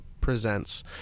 presents